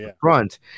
front